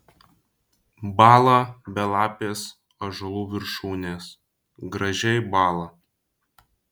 bąla belapės ąžuolų viršūnės gražiai bąla